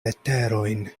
leterojn